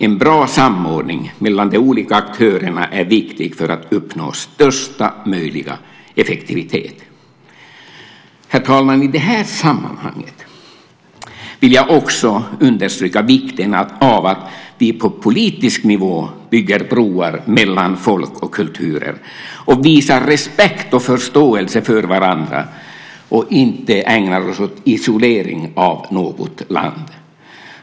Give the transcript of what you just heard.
En bra samordning mellan de olika aktörerna är viktig för att uppnå största möjliga effektivitet. Herr talman! I det här sammanhanget vill jag också understryka vikten av att vi på politisk nivå bygger broar mellan folk och kulturer och visar respekt och förståelse för varandra och inte ägnar oss åt isolering av något land.